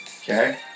Okay